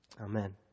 Amen